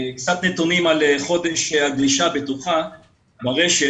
קצת נתונים כל חודש גלישה בטוחה ברשת.